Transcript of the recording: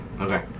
Okay